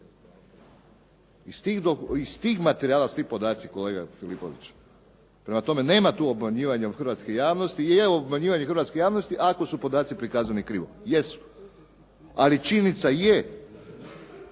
Iz tih materijala su ti podaci, kolega Filipoviću. Prema tome, nema tu obmanjivanja hrvatske javnosti i evo obmanjivanje hrvatske javnosti ako su podaci prikazani krivo, jesu. Ali činjenica je